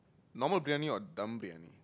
normal Briyani or dum Briyani